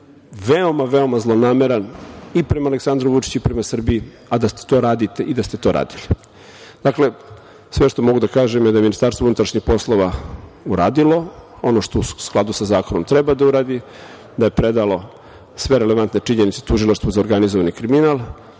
veoma, veoma zlonameran i prema Aleksandru Vučiću i prema Srbiji, a da to radite i da ste to radili. Sve što mogu da kažem je da je Ministarstvo unutrašnjih poslova uradilo ono što u skladu sa zakonom treba da uradi, da je predalo sve relevantne činjenice Tužilaštvu za organizovani kriminal